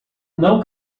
não